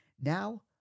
Now